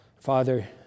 Father